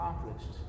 accomplished